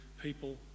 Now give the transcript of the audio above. people